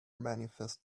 manifest